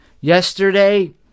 yesterday